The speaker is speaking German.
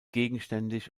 gegenständig